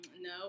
No